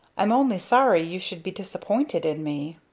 i'm only sorry you should be disappointed in me.